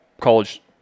college